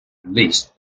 released